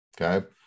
Okay